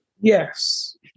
Yes